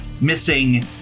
missing